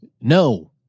No